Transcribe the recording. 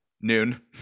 Noon